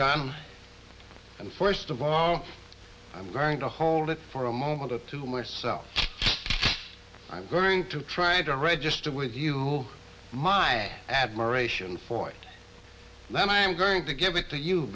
gun and first of all i'm going to hold it for a moment or two myself i'm going to try to register with you my admiration for it that i'm going to give it to you